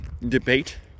debate